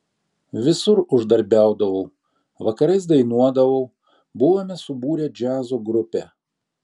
visur uždarbiaudavau vakarais dainuodavau buvome subūrę džiazo grupę